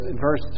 verse